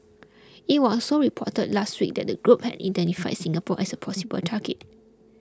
it was also reported last week that the group had identified Singapore as a possible target